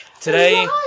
today